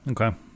Okay